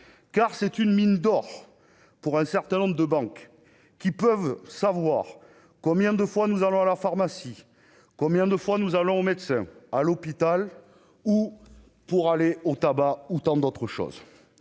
car c'est une mine d'or pour un certain nombre de banques qui peuvent savoir combien de fois nous allons à la pharmacie, combien de fois nous allons au médecin à l'hôpital ou pour aller au tabac ou tant d'autres choses,